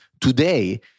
Today